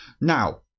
Now